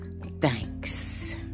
thanks